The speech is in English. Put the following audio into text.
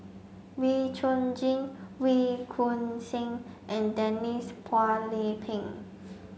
Wee Chong Jin Wee Choon Seng and Denise Phua Lay Peng